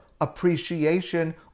appreciation